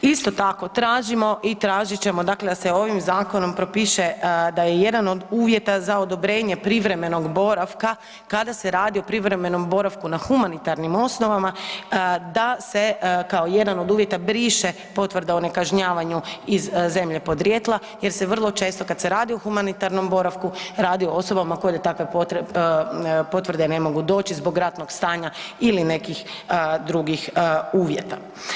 Isto tako tražimo i tražit ćemo dakle da se ovim zakonom propiše da je jedan od uvjeta za odobrenje privremenog boravka kada se radi o privremenom boravku na humanitarnim osnovama, da se kao jedan od uvjeta briše potvrda o nekažnjavanju iz zemlje podrijetla jer se vrlo često kad se radi o humanitarnom boravku, radi o osobama koje do takve potvrde ne mogu doći zbog ratnog stanja ili nekih drugih uvjeta.